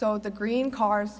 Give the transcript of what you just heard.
so the green car